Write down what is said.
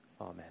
Amen